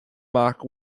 mark